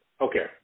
Okay